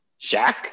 Shaq